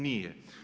Nije.